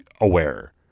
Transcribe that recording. aware